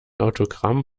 autogramm